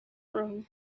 room